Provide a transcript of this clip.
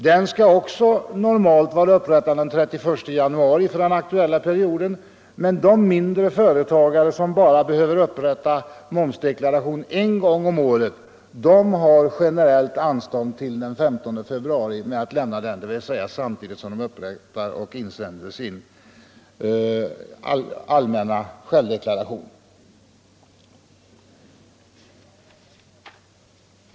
Den skall också normalt vara upprättad den 31 januari för den aktuella perioden, men de mindre företagare som bara behöver upprätta momsdeklaration en gång om året har generellt anstånd till den 15 februari med inlämnandet — dvs. de kan avlämna momsdeklarationen samtidigt som de insänder sin allmänna självdeklaration.